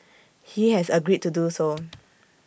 he has agreed to do so